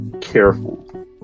careful